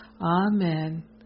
amen